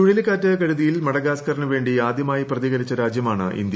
ചുഴലിക്കാറ്റ് കെടുതിയിൽ മഡഗാസ്കറിനു വേണ്ടി ആദ്യമായി പ്രതികരിച്ച രാജ്യമാണ് ഇന്ത്യ